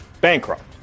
bankrupt